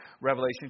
Revelation